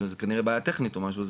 זה כנראה בעיה טכנית או משהו.